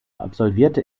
absolvierte